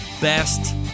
best